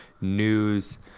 news